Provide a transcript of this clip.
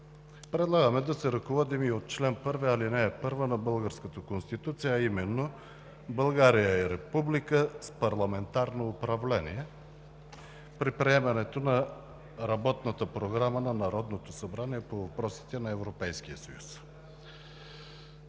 предлагаме да се ръководим от чл. 1, ал. 1 на българската Конституция, а именно: „България е република с парламентарно управление“ при приемането на Програмата на Народното събрание по въпросите на Европейския съюз.